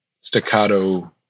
staccato